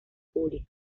pública